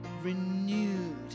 renewed